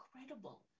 incredible